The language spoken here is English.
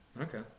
Okay